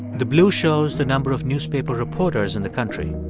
the blue shows the number of newspaper reporters in the country.